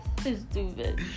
stupid